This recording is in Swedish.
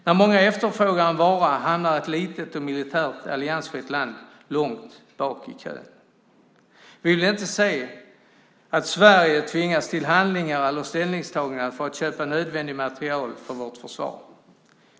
När många efterfrågar en vara hamnar ett litet och militärt alliansfritt land långt bak i kön. Vi vill inte se att Sverige tvingas till handlingar eller ställningstaganden för att köpa nödvändig materiel för vårt försvar.